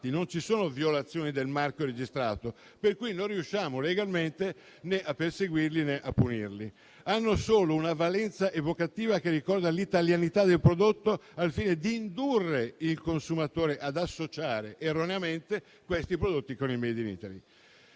non essendoci violazioni del marchio registrato. Non riusciamo quindi legalmente né a perseguirli né a punirli. Quei prodotti hanno solo una valenza evocativa che ricorda l'italianità del prodotto al fine di indurre il consumatore ad associare erroneamente quei prodotti con il *made in Italy*.